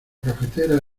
cafetera